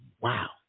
Wow